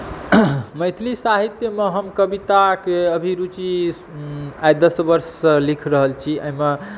मैथिली साहित्यमे हम कविताके अभिरुचि आइ दश वर्षसँ लिख रहल छी एहिमे